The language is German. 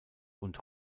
und